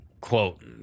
quote